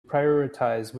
prioritize